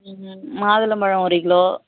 மாதுளம்பழம் ஒரு கிலோ